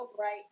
right